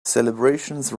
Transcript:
celebrations